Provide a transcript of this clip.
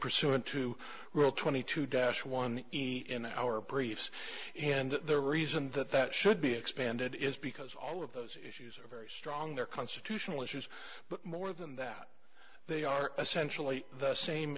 pursuant to rule twenty two dash one in our briefs and the reason that that should be expanded is because all of those issues are very strong there constitutional issues but more than that they are essentially the same